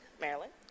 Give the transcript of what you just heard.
Maryland